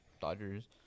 Dodgers